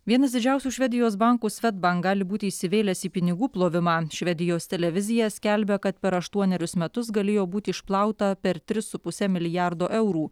vienas didžiausių švedijos bankų svedbank gali būti įsivėlęs į pinigų plovimą švedijos televizija skelbia kad per aštuonerius metus galėjo būti išplauta per tris su puse milijardo eurų